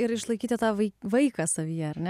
ir išlaikyti tą vaiką savyje ar ne